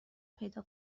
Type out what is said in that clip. پیدا